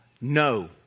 No